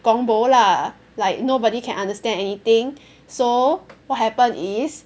gong-bo lah like nobody can understand anything so what happened is